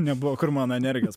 nebuvo kur mano energijos